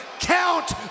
Count